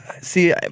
see